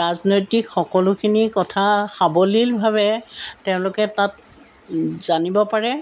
ৰাজনৈতিক সকলোখিনি কথা সাৱলীলভাৱে তেওঁলোকে তাত জানিব পাৰে